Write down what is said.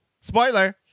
Spoiler